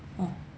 orh